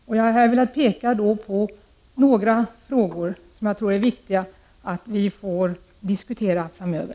Jag har här velat peka på några frågor som jag tror att det är viktigt att vi får tillfälle att diskutera framöver.